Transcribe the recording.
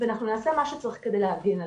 ואנחנו נעשה מה שצריך כדי להגן עליהם.